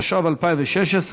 התשע"ו 2016,